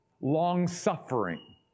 long-suffering